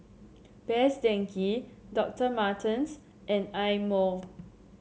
Best Denki Doctor Martens and Eye Mo